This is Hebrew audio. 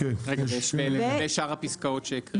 רגע, ולגבי שאר הפסקאות שהקראת?